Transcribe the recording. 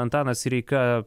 antanas sireika